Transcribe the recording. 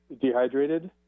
dehydrated